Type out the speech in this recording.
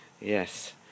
Yes